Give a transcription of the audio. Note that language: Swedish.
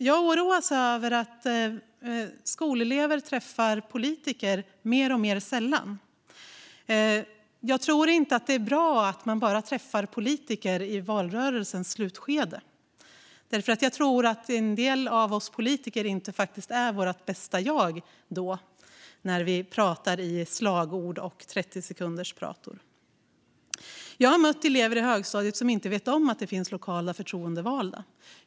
Jag oroas över att skolelever träffar politiker mer och mer sällan. Jag tror inte att det är bra att man bara träffar politiker i valrörelsens slutskede. Jag tror nämligen att en del av oss politiker inte är vårt bästa jag då, när vi pratar i slagord och i 30-sekundersprator. Jag har mött elever i högstadiet som inte vet att det finns lokala förtroendevalda.